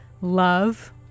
love